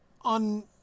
On